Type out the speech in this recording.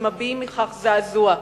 שמביעים זעזוע מכך.